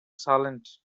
silent